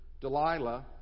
Delilah